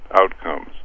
outcomes